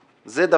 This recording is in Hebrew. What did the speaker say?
זה.